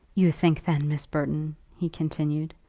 you think then, miss burton, he continued,